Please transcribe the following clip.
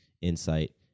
insight